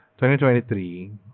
2023